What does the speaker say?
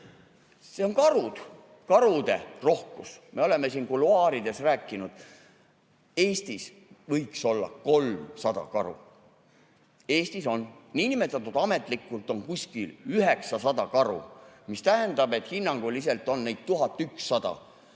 See probleem on karude rohkus. Me oleme kuluaarides rääkinud, et Eestis võiks olla 300 karu. Eestis on nn ametlikult kuskil 900 karu, mis tähendab, et hinnanguliselt on neid 1100.